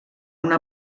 una